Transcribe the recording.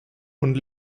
und